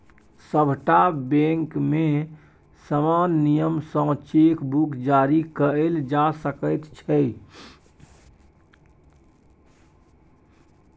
सभटा बैंकमे समान नियम सँ चेक बुक जारी कएल जा सकैत छै